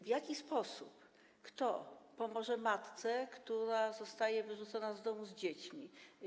W jaki sposób, kto pomoże matce, która zostaje wyrzucona z domu z dziećmi?